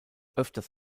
öfters